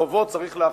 חובות צריך להחזיר,